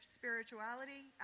spirituality